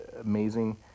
amazing